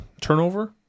turnover